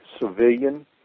civilian